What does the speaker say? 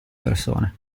persone